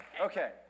okay